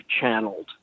channeled